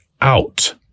out